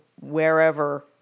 wherever